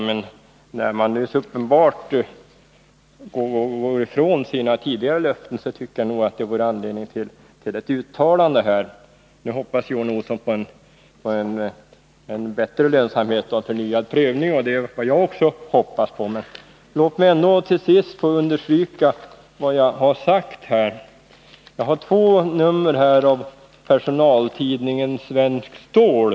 Men när man nu så uppenbart frångår sina tidigare löften, tycker jag nog att det vore anledning att göra ett uttalande här. Nu säger sig Johan Olsson hoppas på bättre lönsamhet och en förnyad prövning. Det är vad också jag hoppas på. Låt mig till sist få understryka vad jag tidigare har sagt. Jag har här två nummer av personaltidningen Svenskt Stål.